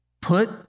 put